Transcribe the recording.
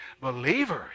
Believers